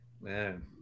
Man